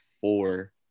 four